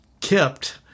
kept